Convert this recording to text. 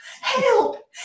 Help